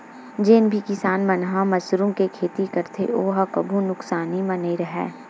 जेन भी किसान मन ह मसरूम के खेती करथे ओ ह कभू नुकसानी म नइ राहय